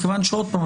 עוד פעם,